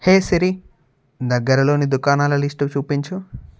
హే Siri దగ్గరలోని దుకాణాల list చూపించు